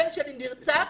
הבן שלי נרצח